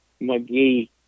McGee